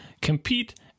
compete